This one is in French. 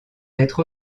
être